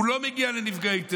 הוא לא מגיע לנפגעי הטרור.